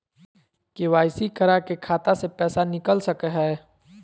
KYC करा के खाता से पैसा निकल सके हय?